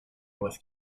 with